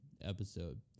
episode